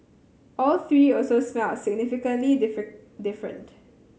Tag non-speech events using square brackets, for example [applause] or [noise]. all three also smelled significantly [unintelligible] different